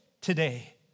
today